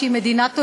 שהיא מדינת אויב.